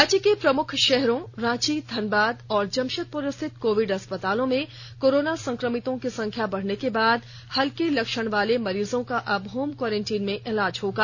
राज्य के प्रमुख शहरों रांची धनबाद और जमशेदपुर स्थित कोविड अस्पतालों में कोरोना संक्रमितों की संख्या बढ़ने के बाद हल्के लक्षण वाले मरीजों का अब होम क्वारंटीन में इलाज होगा